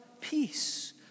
peace